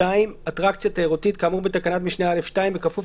אטרקציה תיירותית כאמור בתקנת משנה (א)(2) בכפוף